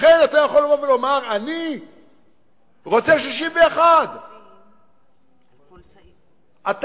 לכן אתה יכול לבוא ולומר: אני רוצה 61. אתה,